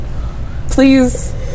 Please